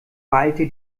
ballte